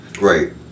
Right